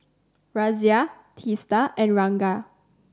Razia Teesta and Ranga